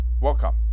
Welcome